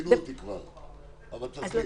עדכנו אותי כבר, אבל תסבירי.